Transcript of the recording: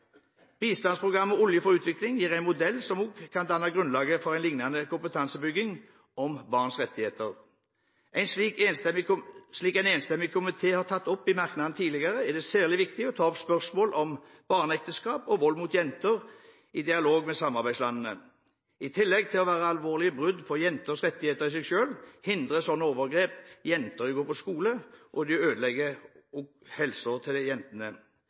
Bistandsprogrammet Olje for utvikling gir en modell som også kan danne grunnlaget for en lignende kompetansebygging om barns rettigheter. Som en enstemmig komité har tatt opp i merknader tidligere, er det særlig viktig å ta opp spørsmål om barneekteskap og vold mot jenter i dialog med samarbeidslandene. I tillegg til at slike overgrep i seg selv er alvorlige brudd på jenters rettigheter, hindrer de jenter i å gå på skole, og de ødelegger også helsen til disse jentene.